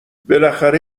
بالاخره